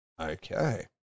Okay